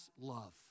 love